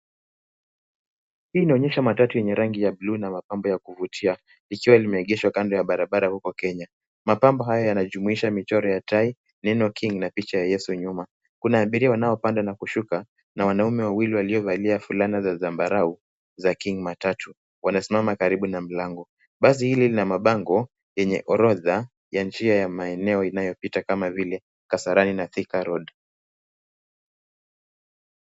Hii inaonyesha matatu yenye rangi ya bluu na mapambo ya kuvutia likiwa limeegeshwa kando ya barabara huko Kenya. Mapambo haya yanajumuisha michoro ya tai , neno King na picha ya yesu nyuma. Kuna abiria wanaopanda na kushuka na wanaume wawili waliovalia fulana za zambarau za king matatu, wanasimama karibu na mlango. Basi hili lina mabango yenye orodha ya njia ya maeneo inayopita kama vile Kasarani na Thika road.